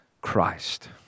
Christ